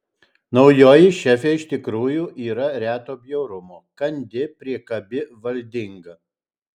naujoji šefė iš tikrųjų yra reto bjaurumo kandi priekabi valdinga